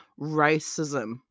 racism